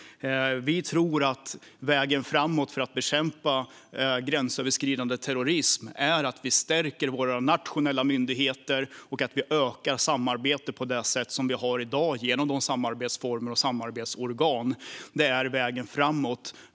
Vi tror att vägen framåt för att bekämpa gränsöverskridande terrorism är att vi stärker våra nationella myndigheter och ökar samarbetet genom de samarbetsformer och samarbetsorgan som finns i dag. Det är vägen framåt.